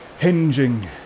hinging